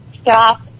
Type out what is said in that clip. stop